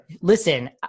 Listen